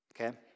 okay